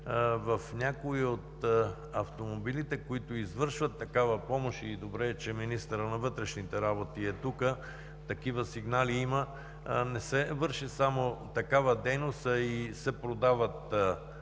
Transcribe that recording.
в някои от автомобилите, които извършват такава помощ – и добре е, че министърът на вътрешните работи е тук, такива сигнали има, не се върши само такава дейност, а и се продават